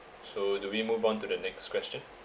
so do we move on to the next question